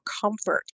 comfort